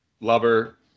lover